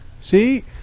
See